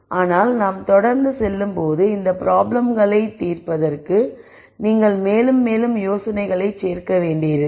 ஆனால் நாம் தொடர்ந்து செல்லும்போது இந்த ப்ராப்ளம்களைத் தீர்ப்பதற்கு நீங்கள் மேலும் மேலும் யோசனைகளைச் சேர்க்க வேண்டியிருக்கும்